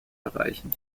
erreichen